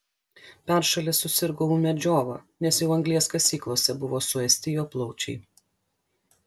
peršalęs susirgo ūmia džiova nes jau anglies kasyklose buvo suėsti jo plaučiai